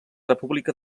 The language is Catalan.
república